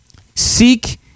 Seek